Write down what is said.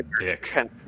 dick